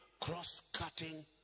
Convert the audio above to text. Cross-cutting